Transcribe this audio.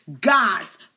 God's